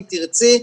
אם תרצי,